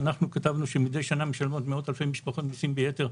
אנחנו כתבנו שמדי שנה משלמות מאות אלפי משפחות מיסים ביתר,